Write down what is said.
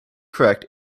correct